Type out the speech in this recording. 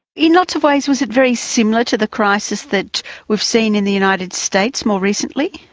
in lots of ways was it very similar to the crisis that we've seen in the united states more recently?